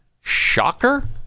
Shocker